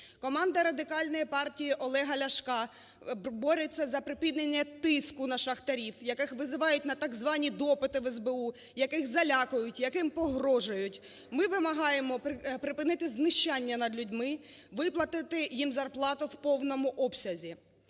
Команда Радикальної партії Олега Ляшка бореться за припинення тиску на шахтарів, яких визивають на так звані допити в СБУ, яких залякують, яким погрожують. Ми вимагаємо припинити знущання над людьми, виплатити їм зарплату в повному обсязі.